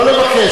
לא לבקש,